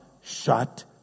shut